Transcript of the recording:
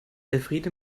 elfriede